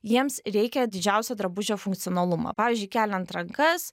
jiems reikia didžiausio drabužio funkcionalumo pavyzdžiui keliant rankas